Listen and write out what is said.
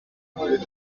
ses